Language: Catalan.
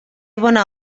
bona